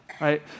right